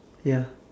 ya